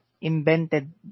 invented